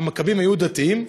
המכבים היו דתיים?